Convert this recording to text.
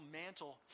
mantle